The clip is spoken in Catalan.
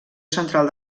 central